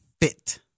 fit